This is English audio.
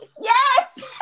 yes